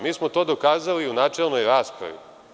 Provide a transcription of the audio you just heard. Mi smo to dokazali i u načelnoj raspravi.